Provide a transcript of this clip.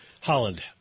Holland